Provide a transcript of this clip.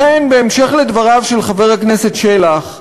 לכן, בהמשך לדבריו של חבר הכנסת שלח,